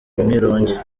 umwirongi